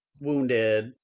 wounded